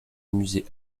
musée